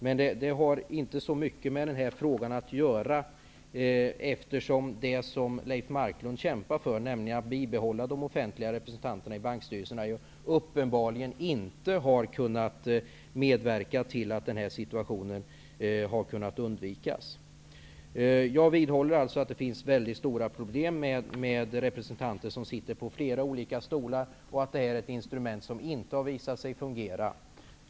Men det har inte så mycket att göra med denna fråga, eftersom det som Leif Marklund kämpar för, nämligen de offentliga representanterna i bankstyrelserna, uppenbarligen inte har kunnat medverka till att denna situation har kunnat undvikas. Jag vidhåller alltså att det finns stora problem med representanter som sitter på flera olika stolar och att detta instrument inte har visat sig fungera.